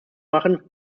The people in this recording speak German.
machen